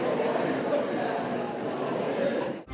Hvala